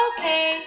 Okay